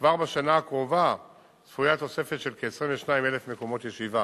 כבר בשנה הקרובה צפויה תוספת של כ-22,000 מקומות ישיבה.